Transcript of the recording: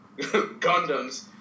Gundams